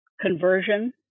conversion